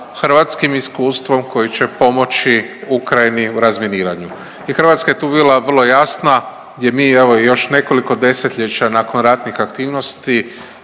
hrvatskim iskustvom koji će pomoći Ukrajini u razminiranju. I Hrvatska je tu bila vrlo jasna gdje mi evo i još nekoliko desetljeća nakon ratnih aktivnosti